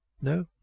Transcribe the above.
No